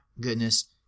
goodness